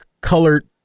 colored